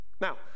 Now